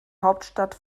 hauptstadt